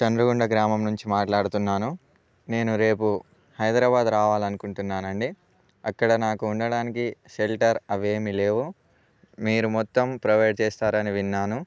చంద్రగుండ గ్రామం నుంచి మాట్లాడుతున్నాను నేను రేపు హైదరాబాద్ రావాలనుకుంటున్నాను అండి అక్కడ నాకు ఉండడానికి షెల్టర్ అవేమి లేవు మీరు మొత్తం ప్రొవైడ్ చేస్తారని విన్నాను